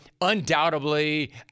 undoubtedly